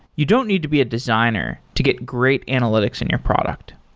you don't need to be a designer to get great analytics in your product.